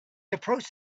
approached